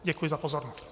Děkuji za pozornost.